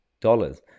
dollars